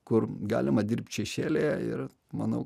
kur galima dirbt šešėlyje ir manau